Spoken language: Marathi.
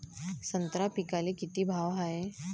संत्रा पिकाले किती भाव हाये?